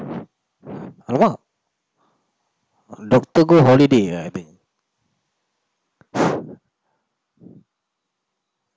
!alamak! doctor go holiday eh I think